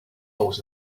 holes